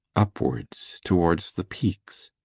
upwards towards the peaks.